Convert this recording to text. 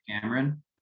Cameron